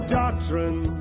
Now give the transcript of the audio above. doctrine